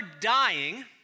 dying